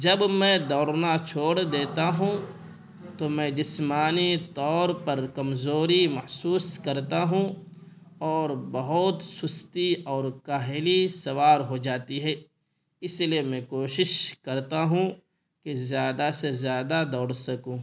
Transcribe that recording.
جب میں دوڑنا چھوڑ دیتا ہوں تو میں جسمانی طور پر کمزوری محسوس کرتا ہوں اور بہت سستی اور کاہلی سوار ہو جاتی ہے اسی لیے میں کوشش کرتا ہوں کہ زیادہ سے زیادہ دوڑ سکوں